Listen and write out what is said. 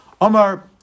Omar